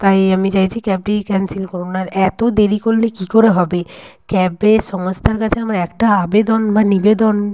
তাই আমি চাইছি ক্যাবটি ক্যানসেল করুন আর এত দেরি করলে কী করে হবে ক্যাবের সংস্থার কাছে আমার একটা আবেদন বা নিবেদন